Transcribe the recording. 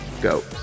go